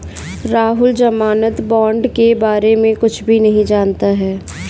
राहुल ज़मानत बॉण्ड के बारे में कुछ भी नहीं जानता है